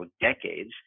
decades